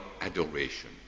adoration